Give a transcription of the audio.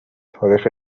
تاریخ